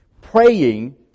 praying